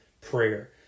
prayer